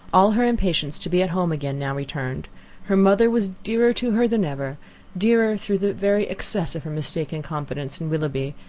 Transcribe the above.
all her impatience to be at home again now returned her mother was dearer to her than ever dearer through the very excess of her mistaken confidence in willoughby,